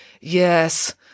Yes